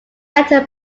better